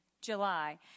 July